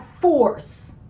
force